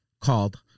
called